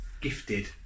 Gifted